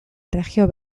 erregio